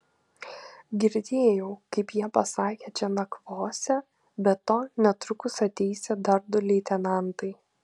girdėjau kaip jie pasakė čia nakvosią be to netrukus ateisią dar du leitenantai